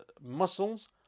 muscles